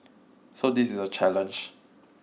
so this is a challenge